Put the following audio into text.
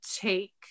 take